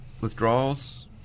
withdrawals